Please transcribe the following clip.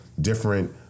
different